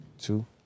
Two